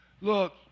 Look